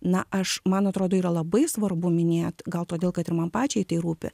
na aš man atrodo yra labai svarbu minėt gal todėl kad ir man pačiai tai rūpi